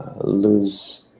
lose